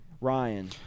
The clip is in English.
Ryan